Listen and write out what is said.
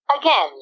again